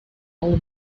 only